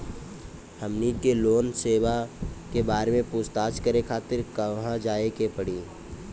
हमनी के लोन सेबा के बारे में पूछताछ करे खातिर कहवा जाए के पड़ी?